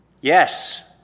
Yes